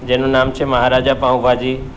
જેનું નામ છે મહારાજા પાઉંભાજી